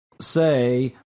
Say